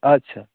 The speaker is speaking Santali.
ᱟᱪᱪᱷᱟ